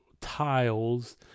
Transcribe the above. tiles